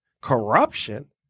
corruption